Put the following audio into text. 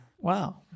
wow